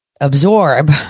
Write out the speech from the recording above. absorb